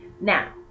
Now